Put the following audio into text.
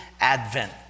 advent